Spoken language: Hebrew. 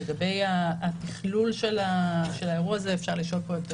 לגבי אה תכלול של האירוע זה, אפשר לשאול את חבריי.